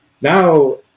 Now